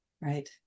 right